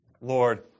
Lord